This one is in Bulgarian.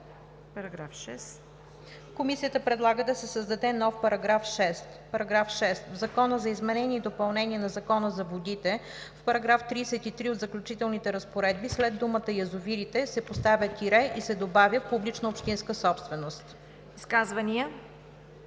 за § 5. Комисията предлага да се създаде нов § 6: „§ 6. В Закона за изменение и допълнение на Закона за водите в § 33 от заключителните разпоредби след думата „язовирите“ се поставя тире и се добавя „публична общинска собственост.“